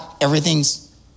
everything's